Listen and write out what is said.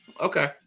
Okay